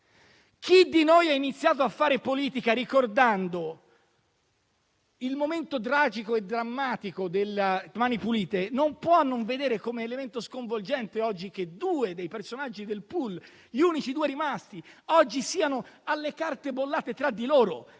Chi di noi ha iniziato a fare politica ricordando il momento tragico e drammatico di Mani pulite non può non vedere come elemento sconvolgente il fatto che due dei personaggi del *pool*, gli unici due rimasti, oggi siano alle carte bollate tra di loro.